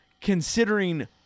considering